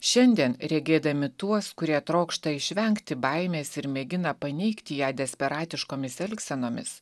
šiandien regėdami tuos kurie trokšta išvengti baimės ir mėgina paneigti ją desperatiškomis elgsenomis